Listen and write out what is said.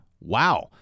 Wow